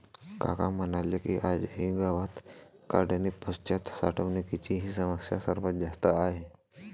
काका म्हणाले की, आजही गावात काढणीपश्चात साठवणुकीची समस्या सर्वात जास्त आहे